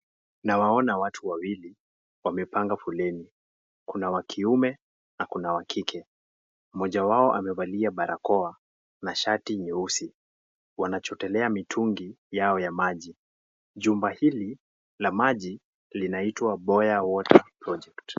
Nawaona watu wawili, waliopanga foleni, kuna wa kiume na kuna wa kike, mmoja wao amevalia barakoa na shati nyeusi, wanachototelea mitungi yao ya maji, jumba hili la maji linaitwa Boya (cs)Water Project(cs).